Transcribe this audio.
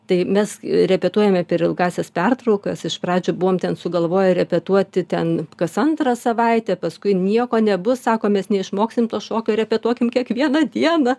tai mes repetuojame per ilgąsias pertraukas iš pradžių buvom ten sugalvoję repetuoti ten kas antrą savaitę paskui nieko nebus sakom mes neišmoksim to šokio repetuokim kiekvieną dieną